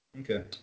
Okay